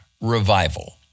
revival